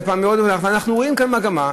אבל אנחנו רואים כאן מגמה,